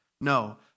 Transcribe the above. No